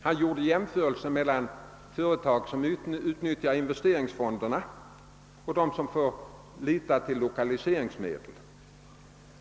Han gjorde jämförelser mellan företag som utnyttjar investeringsfonderna och företag som får lita till lokaliseringsmedel.